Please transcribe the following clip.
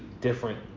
different